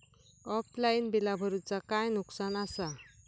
Offline बिला भरूचा काय नुकसान आसा?